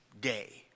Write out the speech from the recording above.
day